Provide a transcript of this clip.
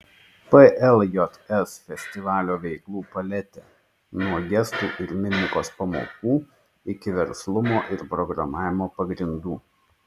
pljs festivalio veiklų paletė nuo gestų ir mimikos pamokų iki verslumo ir programavimo pagrindų